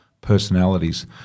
personalities